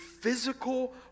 physical